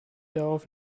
darauf